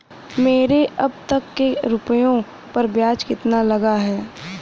मेरे अब तक के रुपयों पर ब्याज कितना लगा है?